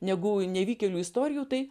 negu nevykėlių istorijų tai